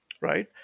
right